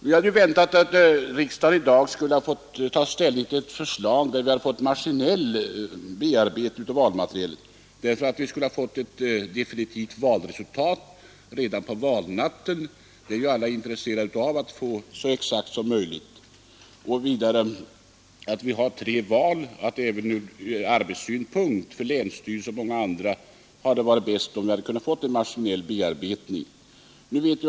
Vi hade väntat att riksdagen i dag skulle ha fått ta ställning till ett förslag om maskinell bearbetning av valmaterialet så att vi fått ett definitivt valresultat redan på valnatten — det är ju alla intresserade av. Eftersom tre val förrättas hade det från arbetssynpunkt för länsstyrelser och många andra varit bäst om vi fått en maskinell bearbetning.